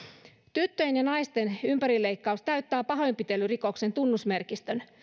tyttöjen ja naisten ympärileikkaus täyttää pahoinpitelyrikoksen tunnusmerkistön